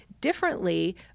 differently